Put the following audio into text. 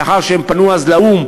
לאחר שהם פנו אז לאו"ם,